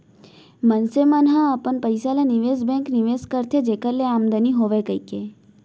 मनसे मन ह अपन पइसा ल निवेस बेंक निवेस करथे जेखर ले आमदानी होवय कहिके